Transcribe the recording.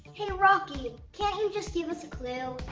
hey rocky, can't you just give us a clue?